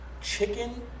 chicken